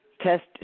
test